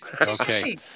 okay